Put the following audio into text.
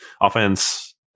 Offense